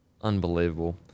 unbelievable